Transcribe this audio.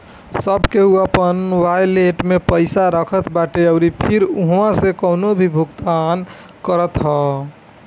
सब केहू अपनी वालेट में पईसा रखत बाटे अउरी फिर उहवा से कवनो भी भुगतान करत हअ